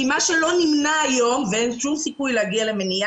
מה שלא נמנע היום ואין שום סיכוי למניעה,